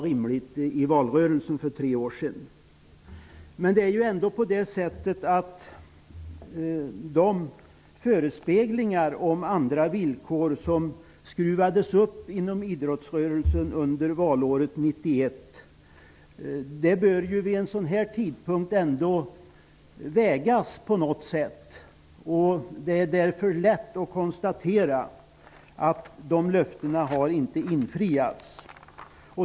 Jag tycker ändå att de löften om andra villkor som förespeglades idrottsrörelsen under valåret 1991 på något sätt bör tas upp vid en sådan här tidpunkt. Det är lätt att konstatera att dessa löften inte har infriats.